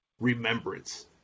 remembrance